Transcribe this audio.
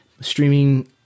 Streaming